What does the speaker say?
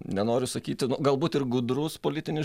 nenoriu sakyti nu galbūt ir gudrus politinis